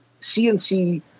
CNC